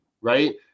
right